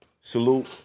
Salute